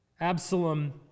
Absalom